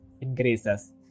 increases